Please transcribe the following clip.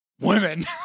women